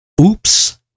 Oops